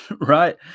right